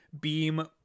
Beam